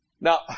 Now